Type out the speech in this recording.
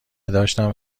داشتم